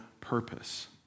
purpose